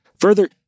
Further